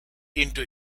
into